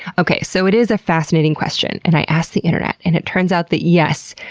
okay, so it is a fascinating question, and i asked the internet and it turns out that yes,